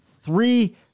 three